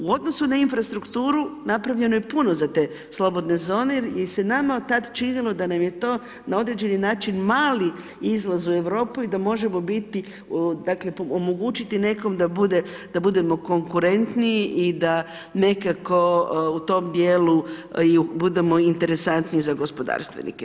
U odnosu na infrastrukturu, napravljeno je puno za te slobodne zone, jer se nama od tad činilo da nam je to na određeni način mali izlaz u Europu i da možemo biti, dakle, omogućiti nekom da bude, da budemo konkurentniji i da nekako u tom dijelu i budemo interesantniji za gospodarstvenike.